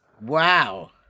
Wow